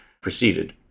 proceeded